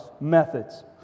methods